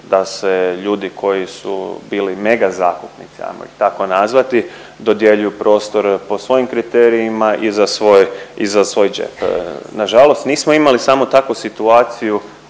da se ljudi koji su bili megazakupnici hajmo ih tako nazvati dodjeljuju prostor po svojim kriterijima i za svoj džep. Na žalost nismo imali samo takvu situaciju